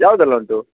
ಯಾವುದೆಲ್ಲ ಉಂಟು